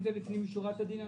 אם זה לפנים משורת הדין,